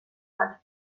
bat